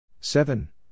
Seven